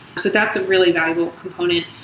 so that's a really valuable component.